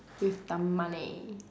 with the money